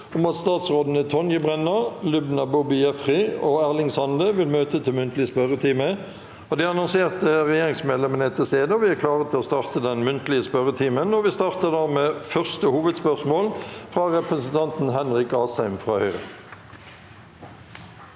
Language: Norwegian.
om at statsrådene Tonje Brenna, Lubna Boby Jaffery og Erling Sande vil møte til muntlig spørretime. De annonserte regjeringsmedlemmene er til stede, og vi er klare til å starte den muntlige spørretimen. Vi starter da med første hovedspørsmål, fra representanten Henrik Asheim. Henrik